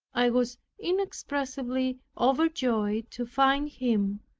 i was inexpressibly overjoyed to find him,